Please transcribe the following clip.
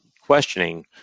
questioning